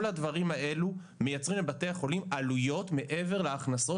כל הדברים האלה מייצרים לבתי החולים עלויות מעבר להכנסות